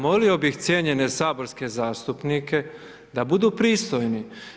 Molio bih cijenjene saborske zastupnike da budu pristojni.